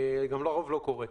שזה לרוב לא קורה.